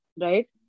right